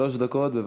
שלוש דקות.